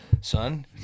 son